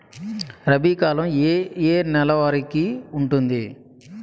రబీ కాలం ఏ ఏ నెల వరికి ఉంటుంది?